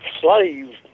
Slave